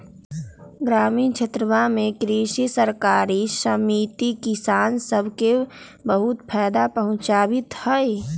ग्रामीण क्षेत्रवा में कृषि सरकारी समिति किसान सब के बहुत फायदा पहुंचावीत हई